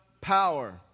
power